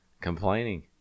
Complaining